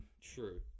True